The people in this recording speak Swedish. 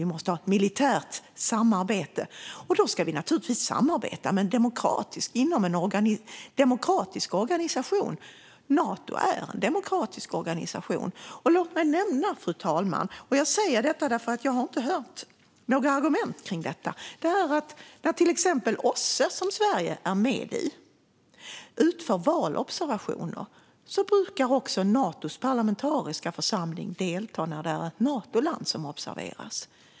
Vi måste ha ett militärt samarbete, och då ska vi naturligtvis samarbeta inom en demokratisk organisation. Nato är en demokratisk organisation. Och låt mig nämna, fru talman, något som jag inte har hört några argument kring: När till exempel OSSE, som Sverige är med i, utför valobservationer brukar också Natos parlamentariska församling delta när det är ett Natoland som observeras.